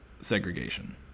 segregation